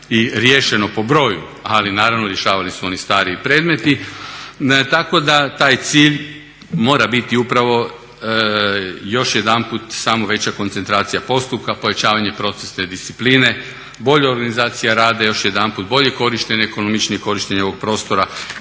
i riješeno po broju, ali naravno rješavani su oni stariji predmeti. Tako da taj cilj mora biti upravo još jedanput samo veća koncentracija postupka, povećavanje procesne discipline, bolja organizacija rada i još jedanput bolje korištenje i ekonomičnije korištenje ovog prostora